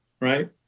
right